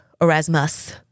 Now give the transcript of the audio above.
Erasmus